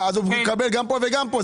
אז הוא מקבל גם פה וגם פה.